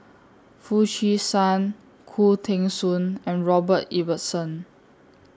Foo Chee San Khoo Teng Soon and Robert Ibbetson